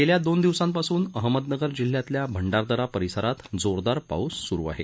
गेल्या दोन दिवसांपासून अहमदनगर जिल्ह्यातील्या भंडारदरा परिसरात जोरदार पाऊस सुरू आहे